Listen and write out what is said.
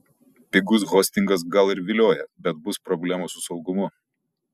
pigus hostingas gal ir vilioja bet bus problemų su saugumu